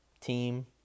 team